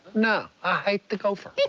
no. i hate the gopher.